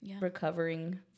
recovering